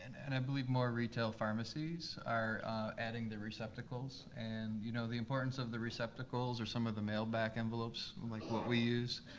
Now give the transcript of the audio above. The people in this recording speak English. and i believe more retail pharmacies are adding the receptacles. and you know the importance of the receptacles or some of the mail-back envelopes, like what we use,